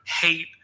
hate